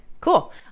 Cool